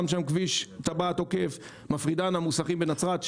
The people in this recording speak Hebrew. שם כביש טבעת עוקף; מפרידן מוסכים בנצרת,